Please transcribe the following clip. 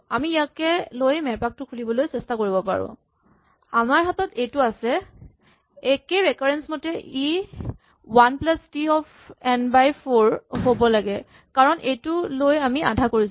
আমি ইয়াকে লৈ মেৰপাকটো খুলিবলৈ চেষ্টা কৰিছো আমাৰ হাতত এইটো আছে একেই ৰেকাৰেঞ্চ মতে ই one plus T of n by four হ'ব লাগে কাৰণ এইটো লৈ আমি আধা কৰিছো